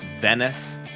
Venice